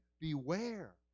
Beware